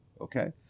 Okay